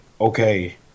okay